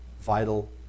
vital